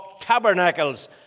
Tabernacles